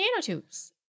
nanotubes